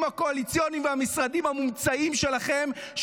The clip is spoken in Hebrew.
הקואליציוניים והמשרדים המומצאים שלכם,